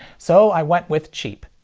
so i went with cheap.